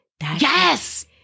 Yes